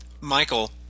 Michael